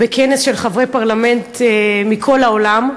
בכנס של חברי פרלמנט מכל העולם.